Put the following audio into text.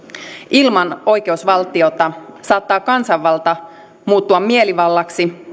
ilman oikeusvaltiota saattaa kansanvalta muuttua mielivallaksi